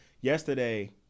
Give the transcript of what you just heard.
yesterday